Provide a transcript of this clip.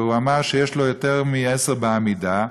והוא אמר שיש לו יותר מעשרה בעמידה,